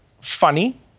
Funny